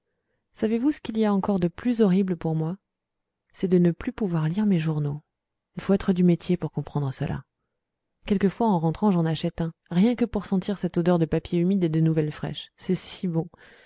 savez-vous ce qu'il y a encore de plus horrible pour moi c'est de ne plus pouvoir lire mes journaux il faut être du métier pour comprendre cela quelquefois le soir en rentrant j'en achète un rien que pour sentir cette odeur de papier humide et de nouvelles fraîches c'est si bon